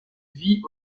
vit